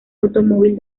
automóvil